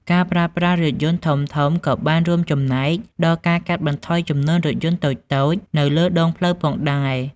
ការប្រើប្រាស់រថយន្តធំៗក៏បានរួមចំណែកដល់ការកាត់បន្ថយចំនួនរថយន្តតូចៗនៅលើដងផ្លូវផងដែរ។